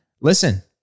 listen